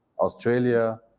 Australia